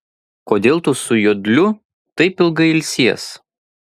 kodėl tu su jodliu taip ilgai ilsies